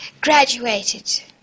graduated